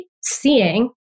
seeing